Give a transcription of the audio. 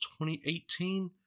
2018